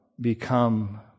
become